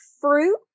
fruit